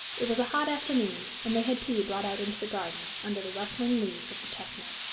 it was a hot afternoon, and they had tea brought out into the garden, under the rustling leaves of the chestnut.